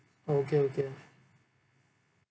oh okay okay